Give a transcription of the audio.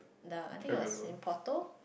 the I think it was in photo